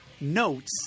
notes